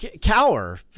Cower